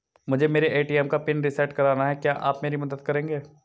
मुझे मेरे ए.टी.एम का पिन रीसेट कराना है क्या आप मेरी मदद करेंगे?